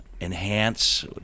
enhance